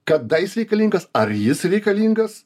kada jis reikalingas ar jis reikalingas